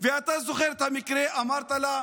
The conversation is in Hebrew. ואתה זוכר את המקרה, אמרת לה: